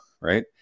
right